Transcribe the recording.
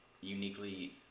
uniquely